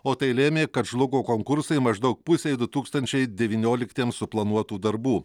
o tai lėmė kad žlugo konkursai maždaug pusei du tūkstančiai devynioliktiems suplanuotų darbų